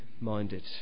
Minded